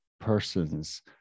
persons